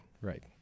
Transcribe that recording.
right